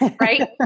Right